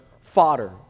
fodder